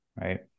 right